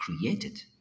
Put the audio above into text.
created